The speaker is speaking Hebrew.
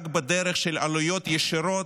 רק בדרך של עלויות ישירות,